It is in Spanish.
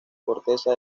corteza